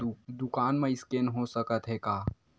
दुकान मा स्कैन हो सकत हे का?